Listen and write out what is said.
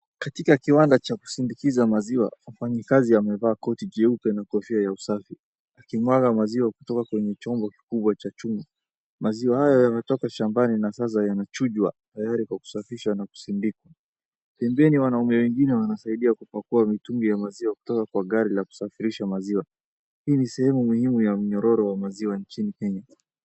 Katika kiwanda cha kusindikiza maziwa, mfanyikazi amevaa koti jeupe na kofia ya usafi, akimwaga maziwa kutoka kwenye chombo kikubwa cha chuma. Maziwa hayo yametoka shambani na sasa yanachujwa, tayari kwa kusafishwa na kusindika. Pembeni, wanaume wengine wanasaidia kupakua mitungi ya maziwa kutoka kwa gari la kusafirisha maziwa. Hii ni sehemu muhimu ya mnyororo wa maziwa nchini Kenya.